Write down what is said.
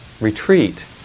retreat